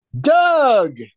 Doug